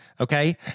Okay